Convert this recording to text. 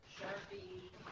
Sharpie